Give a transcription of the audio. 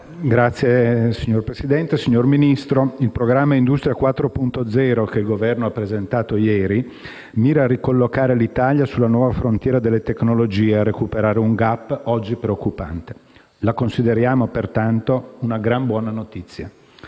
MUCCHETTI *(PD)*. Signor Ministro, il programma Industria 4.0, che il Governo ha presentato ieri, mira a ricollocare l'Italia sulla nuova frontiera delle tecnologie e a recuperare un *gap* oggi preoccupante; e consideriamo questo una gran buona notizia.